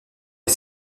est